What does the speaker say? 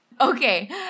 Okay